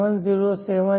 707 છે